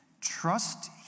Trust